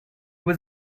was